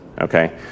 Okay